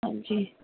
ਹਾਂਜੀ